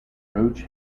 roach